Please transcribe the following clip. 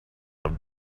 have